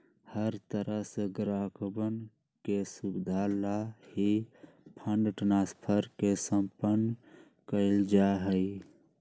हर तरह से ग्राहकवन के सुविधा लाल ही फंड ट्रांस्फर के सम्पन्न कइल जा हई